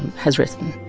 has risen